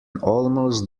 almost